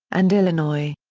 and illinois.